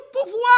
pouvoir